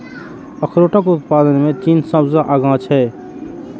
अखरोटक उत्पादन मे चीन सबसं आगां छै